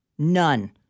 None